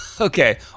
Okay